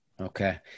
okay